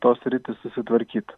tos sritys susitvarkyt